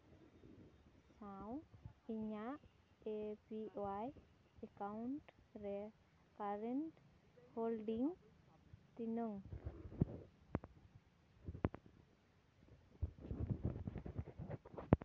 ᱥᱟᱶ ᱤᱧᱟᱸᱜ A P Y account ᱨᱮ ᱠᱟᱨᱮᱱᱴ ᱦᱳᱞᱰᱤᱝ ᱛᱤᱱᱟᱝ